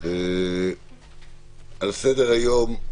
על סדר-היום: